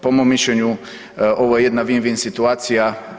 Po mom mišljenju ovo je jedna vin vin situacija.